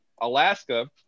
alaska